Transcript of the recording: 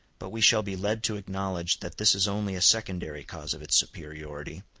but we shall be led to acknowledge that this is only a secondary cause of its superiority,